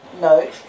No